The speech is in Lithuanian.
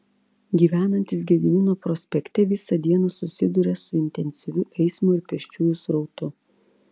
gyvenantys gedimino prospekte visą dieną susiduria su intensyviu eismo ir pėsčiųjų srautu